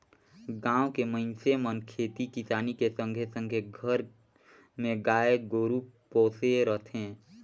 गाँव के मइनसे मन खेती किसानी के संघे संघे घर मे गाय गोरु पोसे रथें